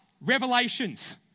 Revelations